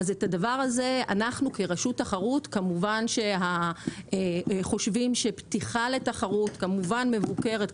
אז אנחנו כרשות תחרות חושבים שפתיחה לתחרות כמובן מבוקרת,